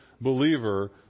believer